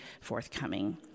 forthcoming